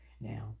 Now